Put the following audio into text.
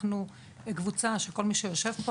אנחנו קבוצה של כל מי שיושב פה,